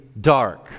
dark